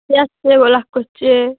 vlog করছে